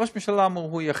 ראש הממשלה אמר, הוא יכריע.